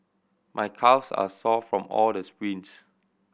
my calves are sore from all the sprints